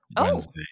Wednesday